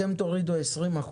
אתם תורידו 20%,